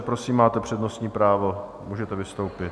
Prosím, máte přednostní právo, můžete vystoupit.